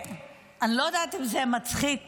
אני לא יודעת אם זה מצחיק